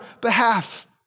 behalf